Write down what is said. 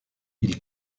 ils